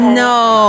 no